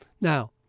Now